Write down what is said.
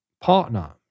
partner